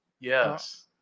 Yes